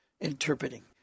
Interpreting